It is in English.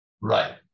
right